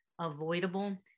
avoidable